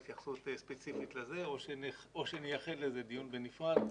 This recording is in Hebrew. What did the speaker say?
הייתי רוצה התייחסות ספציפית לזה או שנייחד לזה דיון בנפרד.